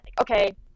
okay